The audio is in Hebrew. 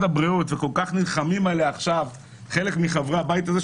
הבריאות וכל כך נלחמים עליה עכשיו חלק מחברי הבית הזה.